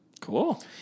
Cool